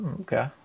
okay